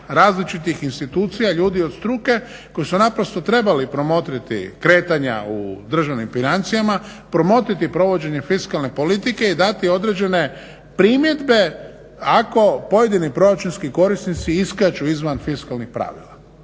različitih institucija, ljudi od struke koji su naprosto trebali promotriti kretanja u državnim financijama, promotriti provođenje fiskalne politike i dati određene primjedbe ako pojedini proračunski korisnici iskaču izvan fiskalnih pravila